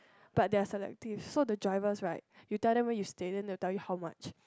but they are selective so the drivers right you tell them where you stay and they'll tell you how much